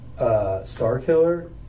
Starkiller